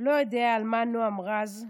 לא יודע על מה נעם רז,